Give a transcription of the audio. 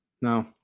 No